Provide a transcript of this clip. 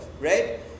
Right